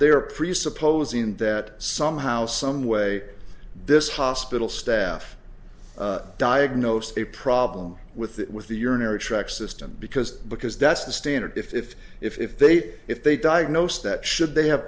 they are presupposing that somehow someway this hospital staff diagnosed a problem with that with the urinary tract system because because that's the standard if if they if they diagnose that should they have